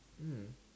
mm